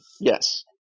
Yes